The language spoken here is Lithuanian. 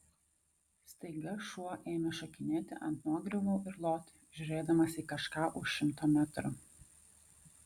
staiga šuo ėmė šokinėti ant nuogriuvų ir loti žiūrėdamas į kažką už šimto metrų